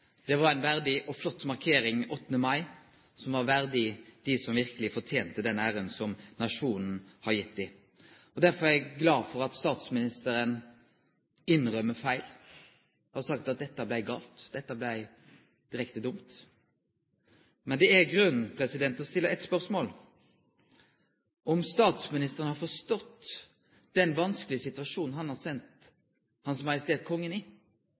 Det var ei verdig og flott markering 8. mai, som var verdig dei som verkeleg fortente den æra som nasjonen har gitt dei. Derfor er eg glad for at statsministeren innrømmer feil, for at han har sagt at dette blei gale, dette blei direkte dumt. Men det er grunn til å stille spørsmål ved om statsministeren har forstått den vanskelege situasjonen han har sett Hans Majestet Kongen i.